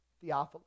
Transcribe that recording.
Theophilus